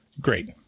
great